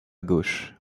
gauche